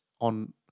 on